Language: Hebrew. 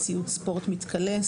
ציוד ספורט מתכלה,